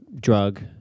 drug